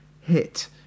hit